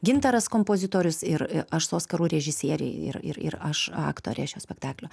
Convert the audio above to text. gintaras kompozitorius ir aš su oskaru režisieriai ir ir ir aš aktorė šio spektaklio